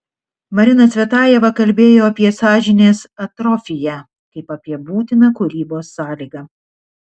marina cvetajeva kalbėjo apie sąžinės atrofiją kaip apie būtiną kūrybos sąlygą